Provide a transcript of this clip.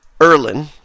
Erlin